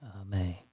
Amen